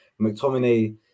McTominay